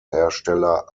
hersteller